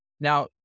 Now